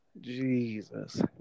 Jesus